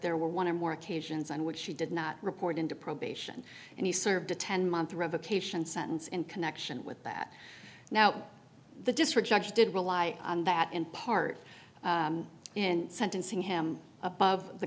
there were one or more occasions on which he did not report into probation and he served a ten month revocation sentence in connection with that now the district judge did rely on that in part in sentencing him above the